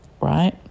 right